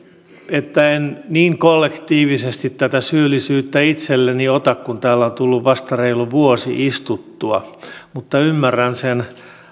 että en niin kollektiivisesti tätä syyllisyyttä itselleni ota kun täällä on tullut vasta reilu vuosi istuttua mutta ymmärrän sen